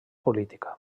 política